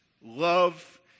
love